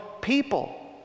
people